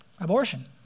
abortion